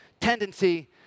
tendency